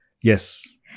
Yes